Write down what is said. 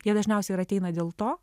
jie dažniausiai ir ateina dėl to